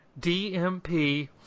DMP